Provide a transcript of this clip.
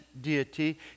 deity